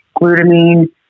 glutamine